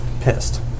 pissed